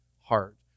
heart